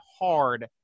hard